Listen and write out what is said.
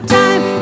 time